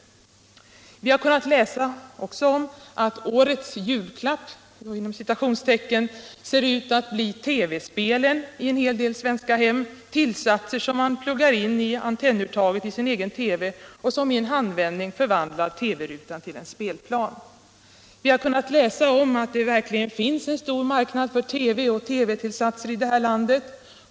Vi har kunnat läsa om att ”årets julklapp” i en hel del svenska hem ser ut att bli TV-spelet, tillsatser som man pluggar in i antennurtaget i sin egen TV och som förvandlar TV-rutan till en spelplan. Vi har kunnat läsa om att det verkligen finns en stor marknad för TV och TV-tillsatser i landet.